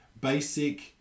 Basic